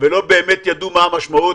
ולא ידעו באמת מה המשמעות.